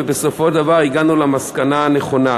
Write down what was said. ובסופו של דבר הגענו למסקנה הנכונה.